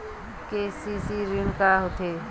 KCC ऋण का होथे?